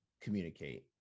communicate